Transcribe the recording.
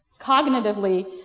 Cognitively